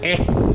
اس